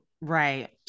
right